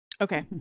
Okay